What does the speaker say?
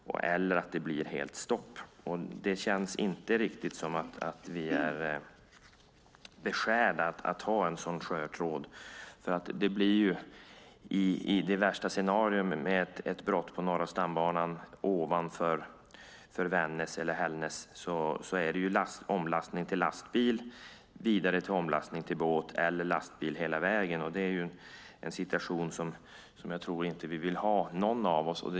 Eller så blir det helt stopp. Det känns inte riktigt som att vi är betjänta av att ha en sådan skör tråd. I det värsta scenariot, med ett brott på Norra stambanan ovanför Vännäs eller Hällnäs, blir det ju omlastning till lastbil vidare till omlastning till båt eller lastbil hela vägen. Det är en situation som jag inte tror att någon av oss vill ha.